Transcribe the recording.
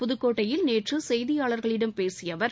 புதுக்கோட்டையில் நேற்று செய்தியாளர்களிடம் பேசிய அவர்